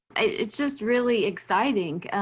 it's just really exciting.